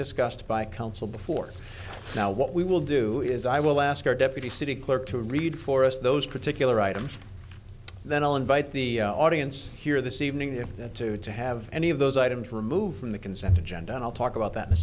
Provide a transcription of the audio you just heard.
discussed by council before now what we will do is i will ask our deputy city clerk to read for us those particular items then i'll invite the audience here this evening if that too to have any of those items removed from the consent agenda and i'll talk about that